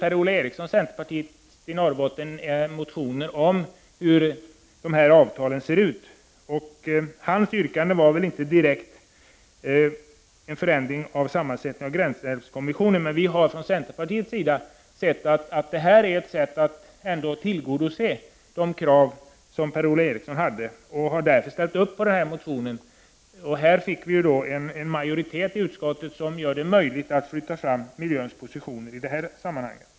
Per-Ola Eriksson, centerpartist från Norrbotten, har väckt motioner om hur dessa avtal skall se ut. Han yrkade väl inte direkt på en förändring av sammansättningen av gränsälvskommissionen, men vi från centerpartiet anser ändå att detta är ett sätt att tillgodose de krav som Per-Ola Eriksson ställde, och vi har därför ställt oss bakom denna motion. Och en majoritet i utskottet har gjort det möjligt att flytta fram miljöpositionerna i detta sammanhang.